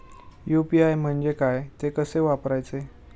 UPI म्हणजे काय, ते कसे वापरायचे?